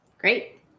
Great